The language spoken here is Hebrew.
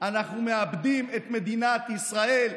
אנחנו מאבדים את מדינת ישראל,